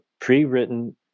pre-written